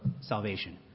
salvation